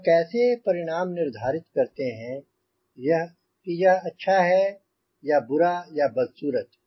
वह कैसे परिणाम निर्धारित करते हैं कि यह अच्छा है या बुरा या बदसूरत